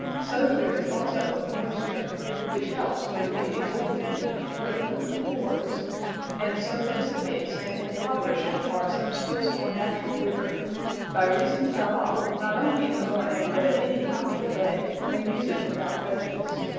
so there is also of moisture which helpes, with the exorbitant heat, to open the pores and so dissipates, and impoverisheth our substance, or naturall vigor by reason whereof, not only in the morning, but at any time of the day, they use it without prejudice.